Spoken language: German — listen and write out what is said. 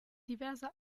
diverse